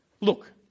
Look